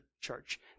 church